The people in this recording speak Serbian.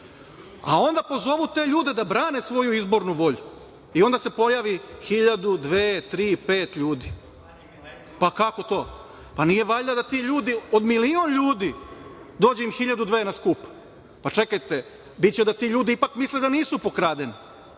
A onda pozovu te ljude da brane svoju izbornu volju i onda se pojavi hiljadu, dve, tri, pet ljudi. Pa kako to? Pa nije valjda da ti ljudi od milion ljudi dođe im hiljadu-dve na skup. Čekajte, biće da ti ljudi ipak misle da nisu pokradeni